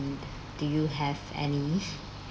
do you have any